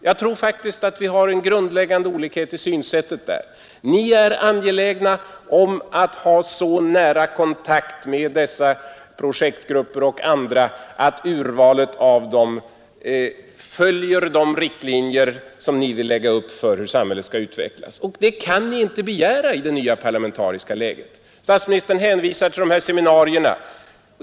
Jag tror faktiskt att det finns en grundläggande olikhet i synsättet oss emellan. Ni är angelägna att ha så nära kontakt med projektgrupper och andra att urvalet av dem följer de riktlinjer som ni vill lägga upp för hur samhället skall utvecklas. Och det kan ni inte begära i det nya parlamentariska läget. Statsministern hänvisar till några seminarier.